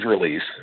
release